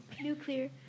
Nuclear